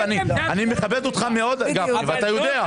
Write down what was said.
אני מכבד אותך מאוד, גפני, ואתה יודע.